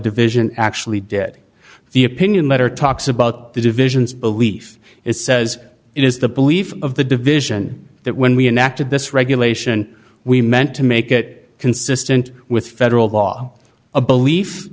division actually did the opinion letter talks about the divisions belief it says it is the belief of the division that when we enacted this regulation we meant to make it consistent with federal law a belief